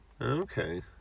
okay